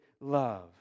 love